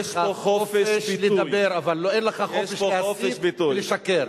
יש לך חופש לדבר, אבל אין לך חופש להסית, לשקר.